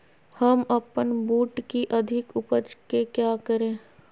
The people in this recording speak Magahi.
हम अपन बूट की अधिक उपज के क्या करे?